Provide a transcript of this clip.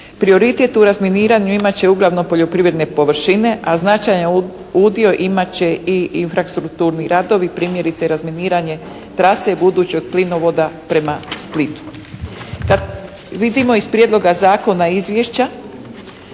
Prioritet u razminiranju imat će uglavnom poljoprivredne površine a značajan udio imat će i infrastrukturi radovi, primjerice razminiranje trase budućeg plinovoda prema Splitu. Kad vidimo iz prijedloga zakona i izvješća